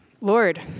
Lord